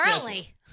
early